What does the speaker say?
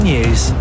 News